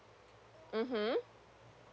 (uh huh)